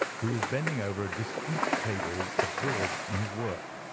who was bending over a distant table absorbed in his work.